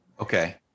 Okay